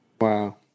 Wow